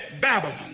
Babylon